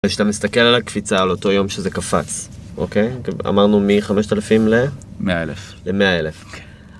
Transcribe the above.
כשאתה מסתכל על הקפיצה, על אותו יום שזה קפץ, אוקיי? אמרנו מ-5,000 ל-100,000.